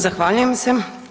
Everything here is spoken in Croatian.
Zahvaljujem se.